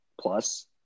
plus